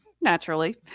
naturally